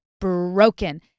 broken